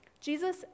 Jesus